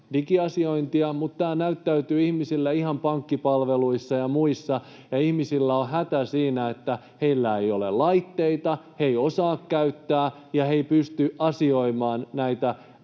digiasiointia, mutta tämä näyttäytyy ihmisille ihan pankkipalveluissa ja muissa, ja ihmisillä on hätä siinä, että heillä ei ole laitteita, he eivät osaa käyttää niitä ja he eivät pysty asioimaan näissä